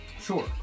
Sure